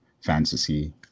fantasy